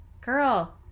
girl